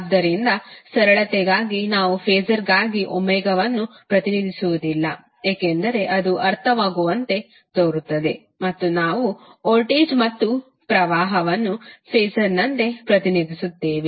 ಆದ್ದರಿಂದ ಸರಳತೆಗಾಗಿ ನಾವು ಫಾಸರ್ಗಾಗಿ ಒಮೆಗಾವನ್ನು ಪ್ರತಿನಿಧಿಸುವುದಿಲ್ಲ ಏಕೆಂದರೆ ಅದು ಅರ್ಥವಾಗುವಂತೆ ತೋರುತ್ತದೆ ಮತ್ತು ನಾವು ವೋಲ್ಟೇಜ್ ಮತ್ತು ಪ್ರವಾಹವನ್ನು ಫಾಸರ್ನಂತೆ ಪ್ರತಿನಿಧಿಸುತ್ತೇವೆ